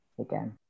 again